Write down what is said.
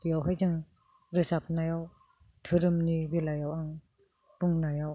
बेयावहाय जों रोजाबनायाव धोरोमनि बेलायाव आं बुंनायाव